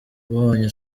ubonye